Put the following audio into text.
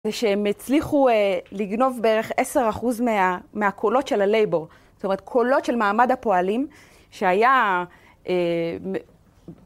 זה שהם הצליחו לגנוב בערך 10 אחוז מהקולות של הלייבור. זאת אומרת, קולות של מעמד הפועלים שהיה...